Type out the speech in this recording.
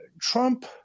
Trump